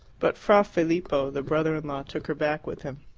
but fra filippo, the brother-in-law, took her back with him.